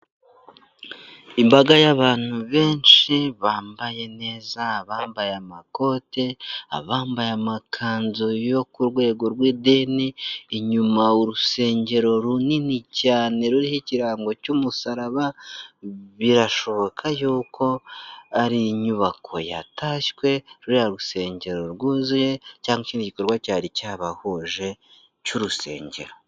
Imbaga y'abantu benshi bambaye neza abambaye amakote, abambaye amakanzu yo ku rwego rw'idni, inyuma urusengero runini cyane ruriho ikirango cy'umusaraba, birashoboka yuko ari inyubako yatashywe ruriya rusengero rwuzuye cyangwa ikindi gikorwa cyari cyabahuje cy'urusengero.